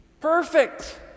perfect